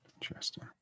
Interesting